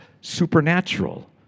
supernatural